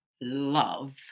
love